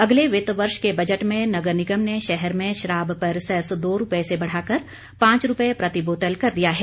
अगले वित्त यर्ष के बजट में नगर निगम ने शहर में शराब पर सैस दो रूपये से बढ़ाकर पांच रूपये प्रति बोतल कर दिया है